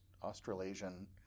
Australasian